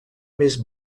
més